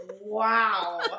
Wow